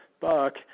buck